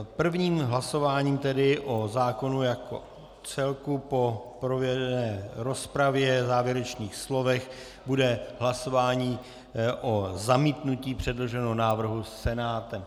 Prvním hlasováním tedy o zákonu jako celku po proběhlé rozpravě, závěrečných slovech bude hlasování o zamítnutí návrhu předloženého Senátem.